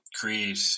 create